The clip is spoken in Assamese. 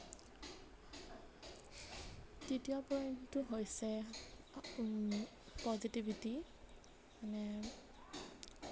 তৃতীয় পইণ্টটো হৈছে পজিটিভিটি মানে